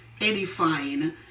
edifying